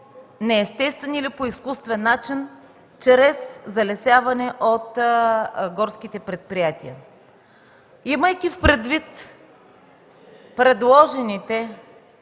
неестествен или по изкуствен начин чрез залесяване от горските предприятия. Имайки предвид предложените